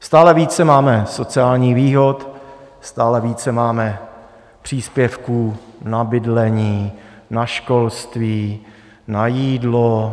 Stále více máme sociálních výhod, stále více máme příspěvků na bydlení, na školství, na jídlo.